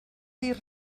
dir